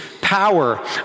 power